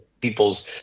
people's